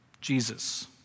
Jesus